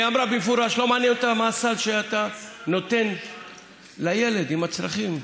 היא אמרה במפורש: לא מעניין אותה מה הסל שאתה נותן לילד עם הצרכים.